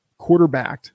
quarterbacked